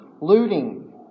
looting